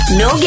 no